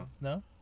No